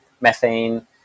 methane